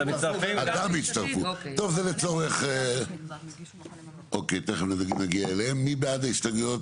2. מי נגד?